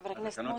חבר הכנסת משה,